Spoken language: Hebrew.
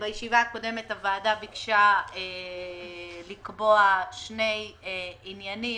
בישיבה הקודמת הוועדה ביקשה לקבוע שני עניינים